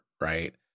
right